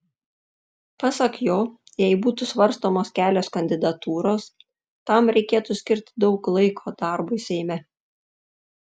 pasak jo jei būtų svarstomos kelios kandidatūros tam reikėtų skirti daug laiko darbui seime